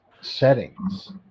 settings